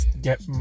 get